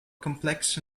complex